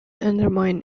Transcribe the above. undermined